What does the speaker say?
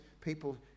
people